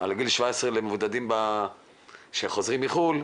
על גיל 17 למבודדים שחוזרים מחו"ל,